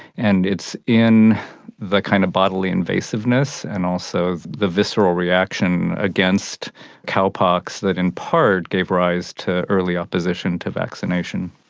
and it's in the kind of bodily invasiveness and also the visceral reaction against cowpox that in part gave rise to early opposition to vaccination.